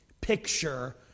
picture